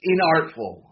Inartful